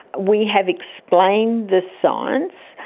we have explained the science,